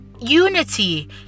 unity